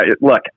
look